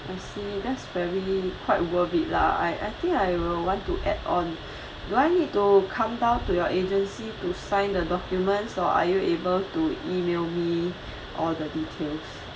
I see that's very quite worth it lah I I think I will want to add on do I need to come down to your agency to sign the documents or are you able to email me all the details